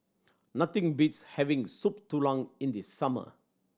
nothing beats having Soup Tulang in the summer